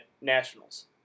nationals